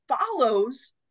follows